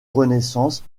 renaissance